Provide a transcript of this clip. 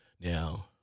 Now